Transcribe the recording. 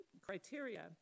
criteria